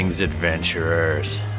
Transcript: adventurers